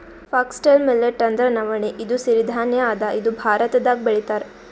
foxtail millet ಅಂದ್ರ ನವಣಿ ಇದು ಸಿರಿ ಧಾನ್ಯ ಅದಾ ಇದು ಭಾರತ್ದಾಗ್ ಬೆಳಿತಾರ್